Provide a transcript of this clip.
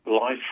Life